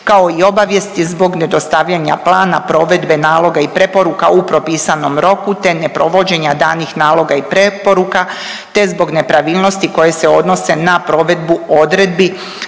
kao i obavijesti zbog ne dostavljanja plana, provedbe, naloga i preporuka u propisanom roku te neprovođenja danih naloga i preporuka te zbog nepravilnosti koje se odnose na provedbu odredbi